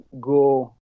go